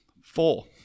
Four